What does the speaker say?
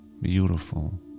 beautiful